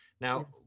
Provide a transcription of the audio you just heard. Now